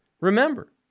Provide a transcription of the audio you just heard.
Remember